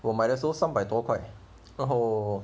我买的时候三百多块然后